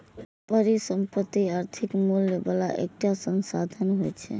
परिसंपत्ति आर्थिक मूल्य बला एकटा संसाधन होइ छै